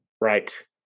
Right